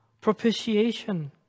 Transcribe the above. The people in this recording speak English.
propitiation